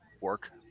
work